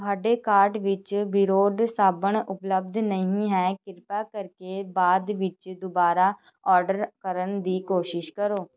ਤੁਹਾਡੇ ਕਾਰਟ ਵਿੱਚ ਬਿਰੋਡ ਸਾਬਣ ਉਪਲਬਧ ਨਹੀਂ ਹੈ ਕਿਰਪਾ ਕਰਕੇ ਬਾਅਦ ਵਿੱਚ ਦੁਬਾਰਾ ਔਰਡਰ ਕਰਨ ਦੀ ਕੋਸ਼ਿਸ਼ ਕਰੋ